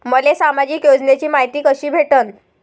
मले सामाजिक योजनेची मायती कशी भेटन?